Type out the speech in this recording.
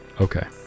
Okay